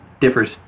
differs